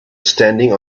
standing